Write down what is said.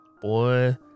Boy